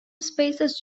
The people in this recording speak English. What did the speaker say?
spaces